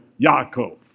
Yaakov